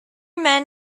man